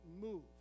move